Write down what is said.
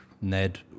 Ned